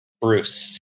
Bruce